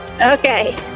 Okay